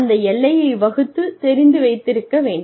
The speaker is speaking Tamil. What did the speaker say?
இந்த எல்லையை வகுக்கத் தெரிந்து வைத்திருக்க வேண்டும்